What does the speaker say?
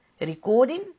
Recording